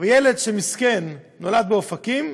אבל ילד ש-מסכן, נולד באופקים,